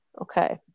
Okay